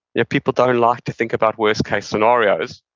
yeah people don't like to think about worst case scenarios.